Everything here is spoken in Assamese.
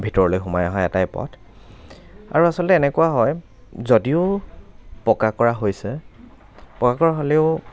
ভিতৰলৈ সোমাই অহা এটাই পথ আৰু আচলতে এনেকুৱা হয় যদিও পকা কৰা হৈছে পকা কৰা হ'লেও